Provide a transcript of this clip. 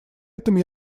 этом